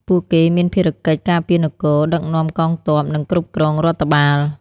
ពួកគេមានភារកិច្ចការពារនគរ ដឹកនាំកងទ័ព និងគ្រប់គ្រងរដ្ឋបាល។